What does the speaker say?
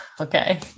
okay